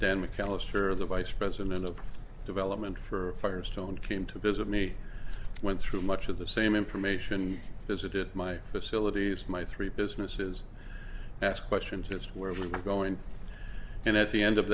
then mcalister of the vice president of development for firestone came to visit me went through much of the same information and visited my facilities my three businesses ask questions it's where we were going and at the end of